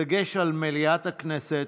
בדגש על מליאת הכנסת,